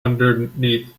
underneath